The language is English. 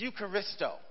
Eucharisto